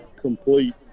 complete